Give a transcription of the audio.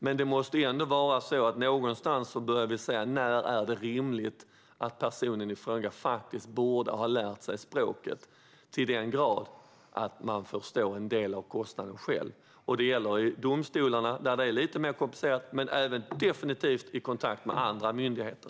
Men vi måste ändå börja fråga oss när det är rimligt att personerna i fråga borde ha lärt sig språket så bra att de får stå för en del av kostnaderna själva. Det ska gälla i domstolarna, där det är lite mer komplicerat, och definitivt i kontakt med andra myndigheter.